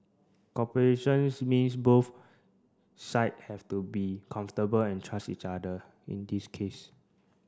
cooperation's means both side have to be comfortable and trust each other in this case